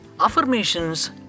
Affirmations